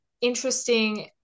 interesting